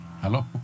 Hello